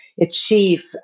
achieve